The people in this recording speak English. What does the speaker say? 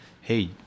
Hey